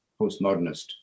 postmodernist